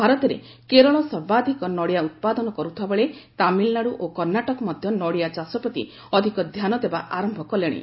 ଭାରତରେ କେରଳ ସର୍ବାଧିକ ନଡ଼ିଆ ଉତ୍ପାଦନ କରୁଥିବା ବେଳେ ତାମିଲନାଡୁ ଓ କର୍ଣ୍ଣାଟକ ମଧ୍ୟ ନଡ଼ିଆ ଚାଷ ପ୍ରତି ଅଧିକ ଧ୍ୟାନ ଦେବା ଆରନ୍ତ କଲେଣି